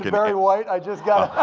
barry white? i just got.